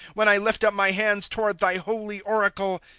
when i lift up my hands toward thy holy oracle.